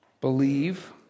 believe